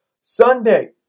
Sunday